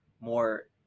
more